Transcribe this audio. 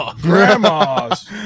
Grandmas